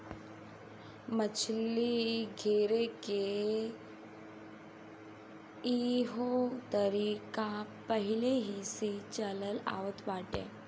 मछली धरेके के इहो तरीका पहिलेही से चलल आवत बाटे